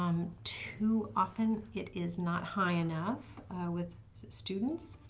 um too often it is not high enough with students,